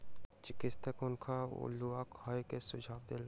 चिकित्सक हुनका अउलुआ खाय के सुझाव देलक